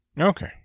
Okay